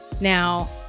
Now